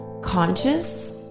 conscious